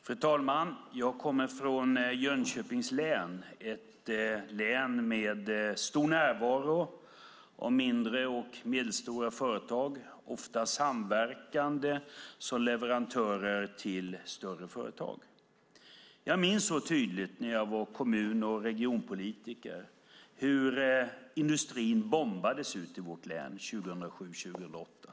Fru talman! Jag kommer från Jönköpings län, ett län med stor närvaro av mindre och medelstora företag, ofta samverkande som leverantörer till större företag. Jag minns så tydligt när jag var kommun och regionpolitiker hur industrin bombades ut i vårt län 2007-2008.